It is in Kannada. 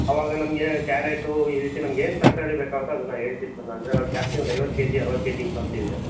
ಆವಾಗ ನಮಗೆ ಕ್ಯಾರೆಟು ಈ ರೀತಿ ನಮಗೇನು ತರಕಾರಿ ಬೇಕಾಗುತ್ತೊ ಅದನ್ನು ನಾವು ಹೇಳ್ತೀವಿ ಸರ್ ಅಂದರೆ ಜಾಸ್ತಿ ಒಂದು ಐವತ್ತು ಕೆಜಿ ಅರವತ್ತು ಕೆಜಿ ಹಿಂಗೆ ತಗೊಂತೀವಿ